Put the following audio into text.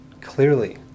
clearly